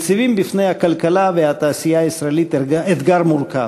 מציב בפני הכלכלה והתעשייה הישראלית אתגר מורכב.